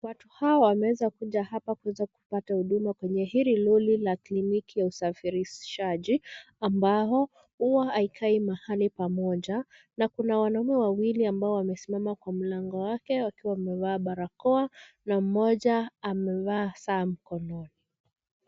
Watu hawa wameweza kuja hapa kuja kupata huduma kwenye hili lori la kliniki ya usafirishaji ambao huwa haikai mahali pamoja na kuna wanaume wawili ambao wamesimama kwa mlango wake wakiwa wamevaa barakoa na mmoja amevaa saa mkononi.